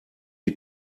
die